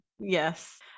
Yes